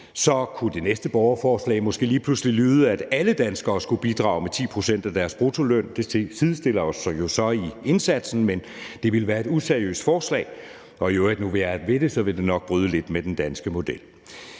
Så kunne det næste borgerforslag måske lige pludselig lyde, at alle danskere skulle bidrage med 10 pct. af deres bruttoløn. Det sidestiller os jo så i indsatsen, men det ville være et useriøst forslag, og i øvrigt, når nu vi er ved det, ville det nok bryde lidt med den danske model.